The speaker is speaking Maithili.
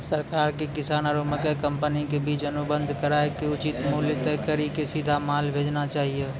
सरकार के किसान आरु मकई कंपनी के बीच अनुबंध कराय के उचित मूल्य तय कड़ी के सीधा माल भेजना चाहिए?